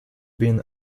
been